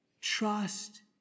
Trust